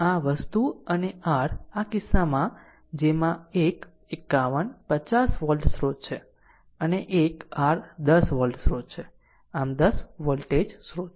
આ વસ્તુ અને r આ કિસ્સામાં જેમાં એક 51 50 વોલ્ટ સ્રોત છે અને એક r 10 વોલ્ટ સ્રોત છે આમ 10 વોલ્ટ સ્રોત